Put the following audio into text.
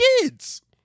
kids